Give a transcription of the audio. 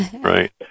right